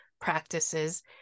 practices